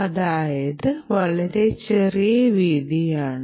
അതായത് വളരെ ചെറിയ വീതി ആണ്